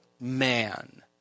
man